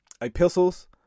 epistles